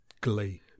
glee